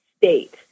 state